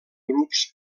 grups